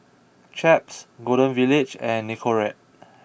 Chaps Golden Village and Nicorette